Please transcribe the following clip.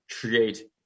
create